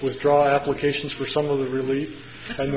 withdraw applications for some of the relief and